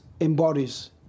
embodies